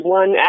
one